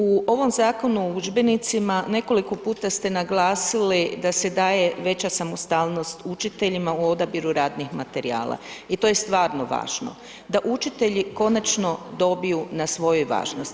U ovom Zakonu o udžbenicima nekoliko puta ste naglasili da se daje veća samostalnost učiteljima u odabiru radnih materijala i to je stvarno važno da učitelji konačno dobiju na svojoj važnosti.